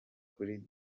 kuri